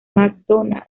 macdonald